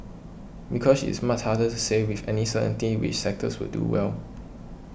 because it is much harder to say with any certainty which sectors will do well